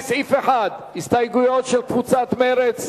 לסעיף 1. הסתייגויות של קבוצת מרצ,